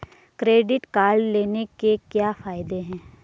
Credit card लेने के क्या फायदे हैं?